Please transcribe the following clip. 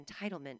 entitlement